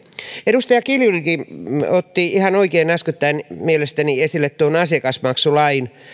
edustaja kiljunenkin otti ihan oikein äskettäin mielestäni esille tuon asiakasmaksulain